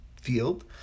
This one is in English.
field